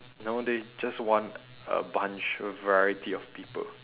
no they just want a bunch a variety of people